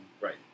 right